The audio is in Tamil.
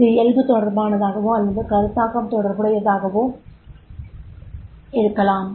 இது இயல்பு தொடபர்பானதாகவோ அல்லது கருத்தாக்கம் தொடர்புடையதாகவோ இருக்கலாம்